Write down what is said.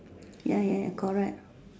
ya ya ya correct